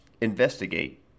investigate